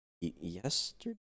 yesterday